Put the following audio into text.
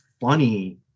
funny